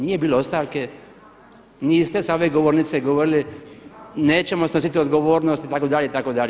Nije bilo ostavke, niste sa ove govornice govorili nećemo snositi odgovornost itd. itd.